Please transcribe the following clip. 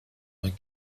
vingt